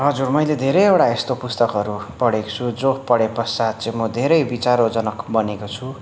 हजुर मैले धेरैवटा यस्तो पुस्तकहरू पढेको छु जो पढेँ पश्चात् चाहिँ म धेरै विचारोजनक बनेको छु